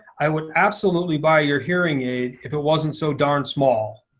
i would absolutely buy your hearing aid if it wasn't so darn small.